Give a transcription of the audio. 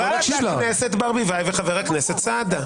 חברת הכנסת ברביבאי וחבר הכנסת סעדה.